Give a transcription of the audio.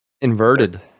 Inverted